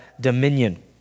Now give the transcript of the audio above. dominion